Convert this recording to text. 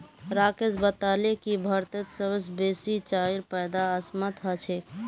राकेश बताले की भारतत सबस बेसी चाईर पैदा असामत ह छेक